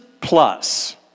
plus